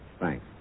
Thanks